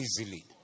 easily